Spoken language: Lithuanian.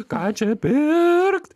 ką čia pirkt